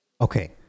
okay